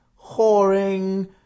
whoring